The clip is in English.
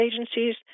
agencies